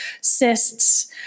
cysts